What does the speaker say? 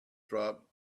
dropped